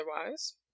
otherwise